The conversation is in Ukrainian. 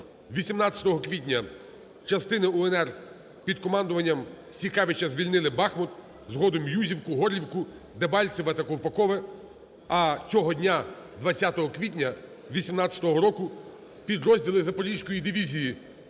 18 квітня частини УНР під командуванням Сікевича звільнили Бахмут, згодом Юзівку, Горлівку, Дебальцеве та Ковпакове. А цього дня 20 квітня 18-го року підрозділи Запорізької дивізії